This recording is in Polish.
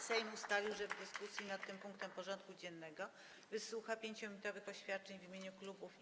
Sejm ustalił, że w dyskusji nad tym punktem porządku dziennego wysłucha 5-minutowych oświadczeń w imieniu klubów i kół.